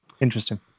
Interesting